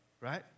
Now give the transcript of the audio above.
right